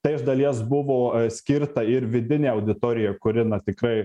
tai iš dalies buvo skirta ir vidinei auditorijai kuri tikrai